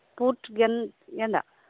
ᱯᱩᱸᱰ ᱜᱮᱫᱟᱜ